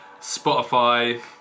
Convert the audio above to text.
Spotify